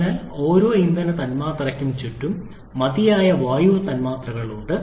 അതിനാൽ ഓരോ ഇന്ധന തന്മാത്രയ്ക്കും ചുറ്റും മതിയായ വായു തന്മാത്രകൾ ഉണ്ട്